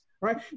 right